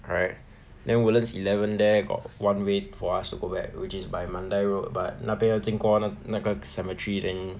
correct then woodlands eleven there got one way for us to go back which is by mandai road but 那边要经过那那个 cemetery then